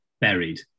buried